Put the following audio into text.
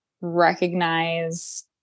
recognize